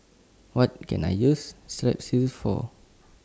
What Can I use Strepsils For